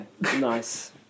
Nice